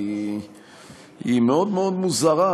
כי היא מאוד מאוד מוזרה,